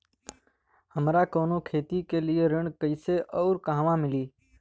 हमरा कवनो खेती के लिये ऋण कइसे अउर कहवा मिली?